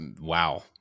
Wow